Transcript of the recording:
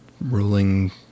ruling